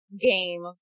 game